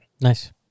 Nice